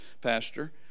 pastor